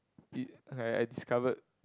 it I I discovered